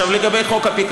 את חוק הפיקדון?